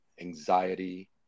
anxiety